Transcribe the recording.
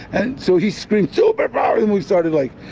and so he screamed, superpowers. and we started, like,